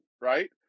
right